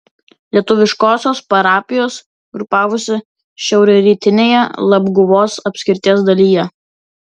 lietuviškosios parapijos grupavosi šiaurrytinėje labguvos apskrities dalyje